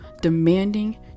demanding